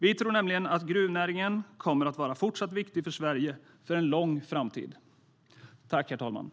Vi tror nämligen att gruvnäringen kommer att vara fortsatt viktig för Sverige för en lång tid framåt.